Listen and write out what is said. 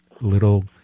little